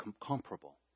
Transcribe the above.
comparable